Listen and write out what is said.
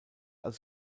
als